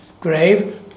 grave